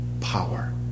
power